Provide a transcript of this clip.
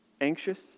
anxious